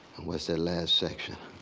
what's that last section?